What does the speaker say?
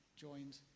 joined